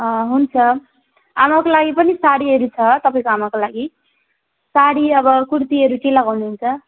हुन्छ आमाको लागि पनि साडीहरू छ तपाईँको आमाको लागि साडी अब कुर्तीहरू के लगाउनु हुन्छ